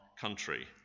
country